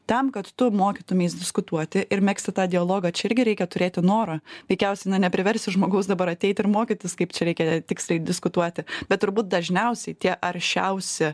tam kad tu mokytumeis diskutuoti ir megzti tą dialogą čia irgi reikia turėti noro veikiausiai na nepriversi žmogaus dabar ateit ir mokytis kaip čia reikia tiksliai diskutuoti bet turbūt dažniausiai tie aršiausi